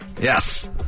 yes